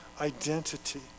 identity